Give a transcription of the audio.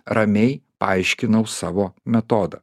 ramiai paaiškinau savo metodą